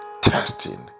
testing